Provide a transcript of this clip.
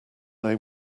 they